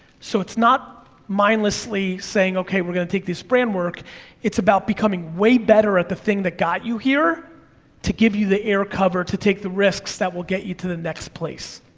so, it's not mindlessly saying, okay, we're gonna take this framework, it's about becoming way better at the thing that got you here to give you the error cover to the take the risks that will get you to the next place.